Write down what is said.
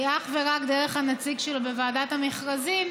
היא אך ורק דרך הנציג שלו בוועדת המכרזים,